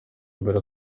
mbere